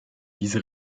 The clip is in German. diese